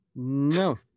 No